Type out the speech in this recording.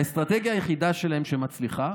האסטרטגיה היחידה שלהם שמצליחה